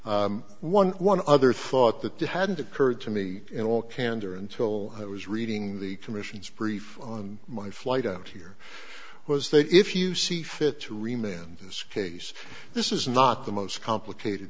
one one other thought that that hadn't occurred to me in all candor until i was reading the commission's brief on my flight out here was that if you see fit to remain in this case this is not the most complicated